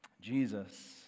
Jesus